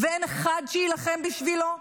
ואין אחד שיילחם בשבילו?